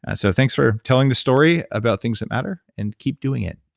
and so thanks for telling the story about things that matter, and keep doing it.